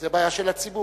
זו בעיה של הציבור.